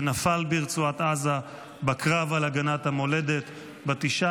שנפל ברצועת עזה בקרב על הגנת המולדת ב-19